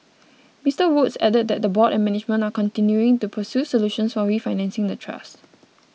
Mister Woods added that the board and management are continuing to pursue solutions for refinancing the trust